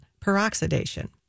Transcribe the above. peroxidation